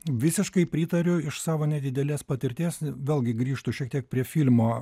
visiškai pritariu iš savo nedidelės patirties vėlgi grįžtu šiek tiek prie filmo